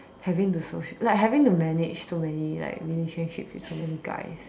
having to social like having to manage so many like relationships with so many guys